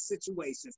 situations